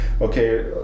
okay